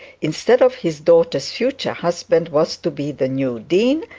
instead of his daughter's future husband, was to be the new dean,